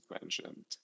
mentioned